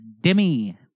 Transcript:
Demi